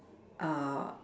err